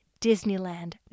Disneyland